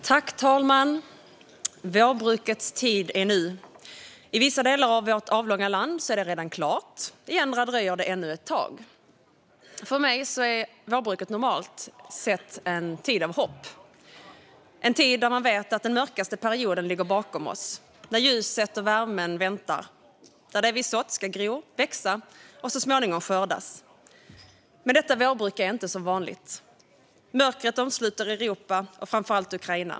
Fru talman! Vårbrukets tid är nu. I vissa delar av vårt avlånga land är det redan klart; i andra dröjer det ännu ett tag. För mig är vårbruket normalt sett en tid av hopp, en tid när vi vet att den mörkaste perioden ligger bakom oss, när ljuset och värmen väntar, när det vi sått ska gro, växa och så småningom skördas. Men detta vårbruk är inte som vanligt. Mörkret omsluter Europa och framför allt Ukraina.